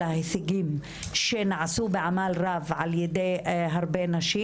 ההישגים שנעשו בעמל רב על ידי הרבה נשים.